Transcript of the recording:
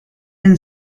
and